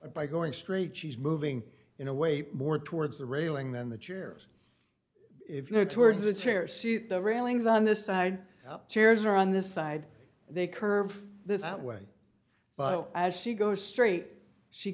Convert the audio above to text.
by going straight she's moving in a way more towards the railing than the chairs if you know towards the chair seat the railings on this side chairs are on this side they curved that way so as she goes straight she